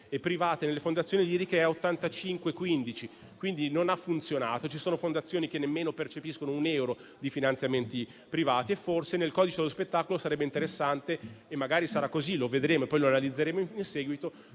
e private nelle fondazioni liriche è 85-15, per cui non ha funzionato. Ci sono fondazioni che nemmeno percepiscono un euro di finanziamenti privati. Nel codice dello spettacolo sarebbe interessante - magari sarà così, lo valuteremo in seguito